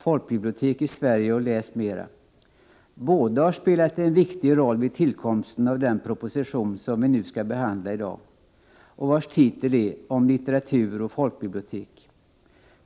Folkbibliotek i Sverige och LÄS MERA! Båda har spelat en viktig roll vid tillkomsten av den proposition vi skall behandla i dag och vars titel är Litteratur och folkbibliotek.